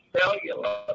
cellular